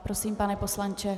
Prosím, pane poslanče.